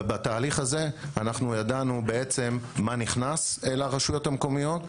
בתהליך הזה ידענו מה נכנס לרשויות המקומיות,